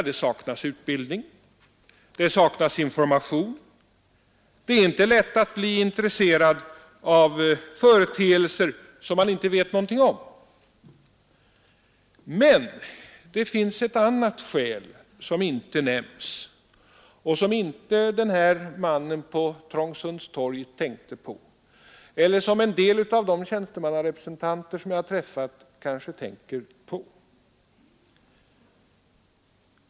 Det saknas utbildning. Det saknas information. Det är inte lätt att bli intresserad av företeelser som man inte vet någonting om. Men det finns ett annat skäl som inte nämns, som inte mannen på Trångsunds torg tänkte på eller som kanske inte heller en del av de tjänstemannarepresentanter jag träffat tänker på.